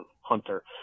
hunter